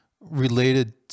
related